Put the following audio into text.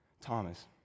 Thomas